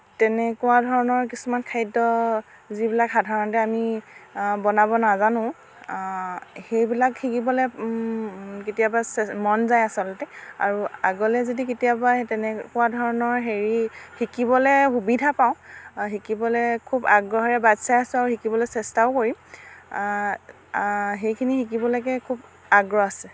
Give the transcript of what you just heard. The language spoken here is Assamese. তেনেকুৱা ধৰণৰ কিছুমান খাদ্য় যিবিলাক সাধাৰণতে আমি বনাব নাজানো সেইবিলাক শিকিবলৈ কেতিয়াবা মন যায় আচলতে আৰু আগলৈ যদি কেতিয়াবা সেই তেনেকুৱা ধৰণৰ হেৰি শিকিবলৈ সুবিধা পাওঁ শিকিবলৈ খুব আগ্ৰহেৰে বাট চাই আছো আৰু শিকিবলৈ চেষ্টাও কৰিম সেইখিনি শিকিবলৈকে খুব আগ্ৰহ আছে